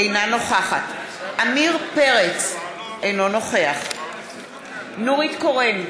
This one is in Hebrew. אינה נוכחת עמיר פרץ, אינו נוכח נורית קורן,